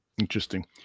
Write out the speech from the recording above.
Interesting